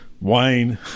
wayne